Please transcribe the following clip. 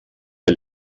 der